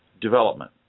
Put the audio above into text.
development